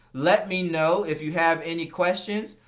let me know if you have any questions,